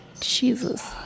Jesus